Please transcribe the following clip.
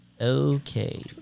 Okay